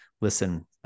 listen